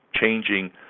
changing